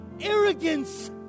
arrogance